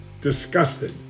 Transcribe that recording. disgusted